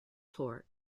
torque